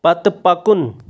پتہٕ پکُن